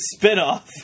spinoff